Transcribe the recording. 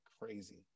crazy